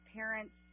parents